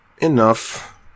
enough